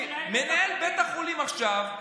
כי מנהל בית החולים עכשיו,